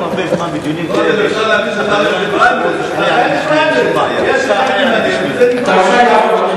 נמשך הרבה זמן בדיונים כאלה, אתה רוצה לעזוב.